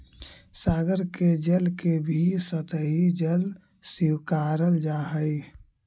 सागर के जल के भी सतही जल स्वीकारल जा हई